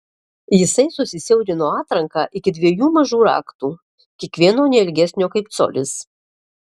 jisai susiaurino atranką iki dviejų mažų raktų kiekvieno ne ilgesnio kaip colis